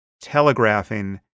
telegraphing